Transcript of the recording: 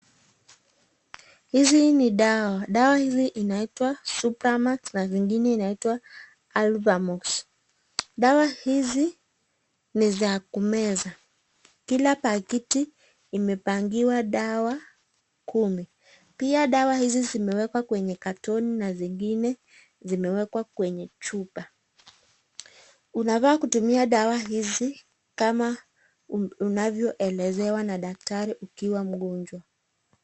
Hizi ni dawa, dawa hizi inaitwa supramax na ingine inaotwa alvamox, dawa hizi ni za kumeza, kila pakiti imepangiwa dawa kumi, pia dawa hizi zimewekwa katonj na zingine zimewekwa kwenye chupa. Unafaa kutumia dawa hizi kama unavoelezewa na daktari ukiwa mgonjwa.